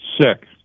sick